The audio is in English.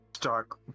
dark